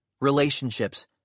Relationships